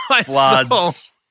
floods